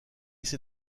ses